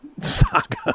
saga